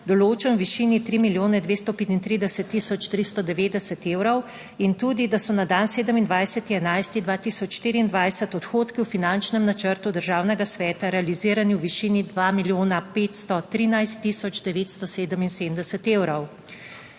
določen v višini 3 milijone 235 tisoč 390 evrov in tudi, da so na dan 27. 11. 2024 odhodki v finančnem načrtu Državnega sveta realizirani v višini 2 milijona 513 tisoč 977 evrov.